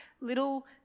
little